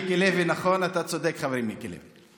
מיקי לוי, נכון, אתה צודק, חברי מיקי לוי.